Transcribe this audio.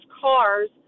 cars